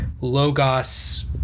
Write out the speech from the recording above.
Logos